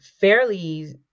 fairly